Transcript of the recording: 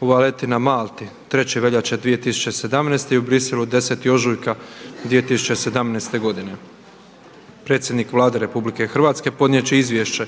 u Valletti na Malti 3. veljače 2017. i u Bruxellesu 10. ožujka 2017. godine Predsjednik Vlade Republike Hrvatske podnijet će izvješće